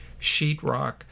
sheetrock